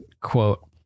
quote